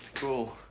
cool.